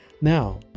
Now